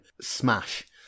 smash